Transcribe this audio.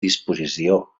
disposició